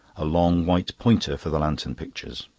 a long white pointer for the lantern pictures.